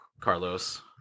carlos